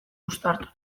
uztartuta